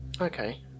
Okay